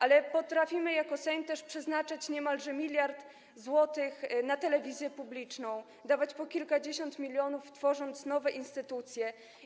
Ale potrafimy jako Sejm przeznaczyć niemalże 1 mld zł na telewizję publiczną, wydawać po kilkadziesiąt milionów, tworząc nowe instytucje.